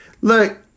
Look